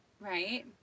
Right